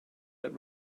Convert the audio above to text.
that